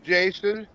Jason